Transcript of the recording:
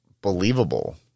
believable